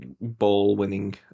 ball-winning